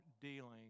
dealing